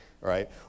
right